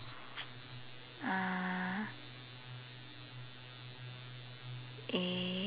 uh eh